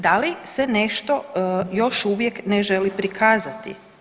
Da li se nešto još uvijek ne želi prikazati?